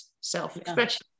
self-expression